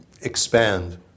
expand